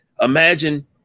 Imagine